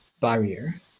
barrier